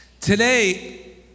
Today